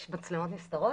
יש מצלמות נסתרות.